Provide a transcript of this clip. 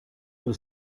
was